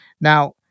Now